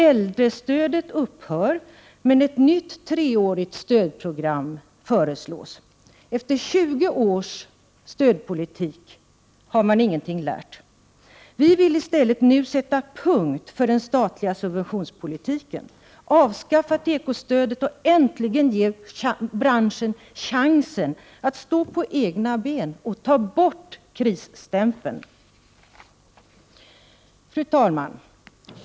Äldrestödet upphör, men ett nytt treårigt stödprogram föreslås. Efter 20 års stödpolitik har man ingenting lärt. Vi vill i stället sätta punkt för den statliga subventionspolitiken nu, avskaffa tekostödet och äntligen ge branschen chansen att stå på egna ben och ta bort krisstämpeln. Fru talman!